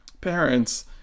parents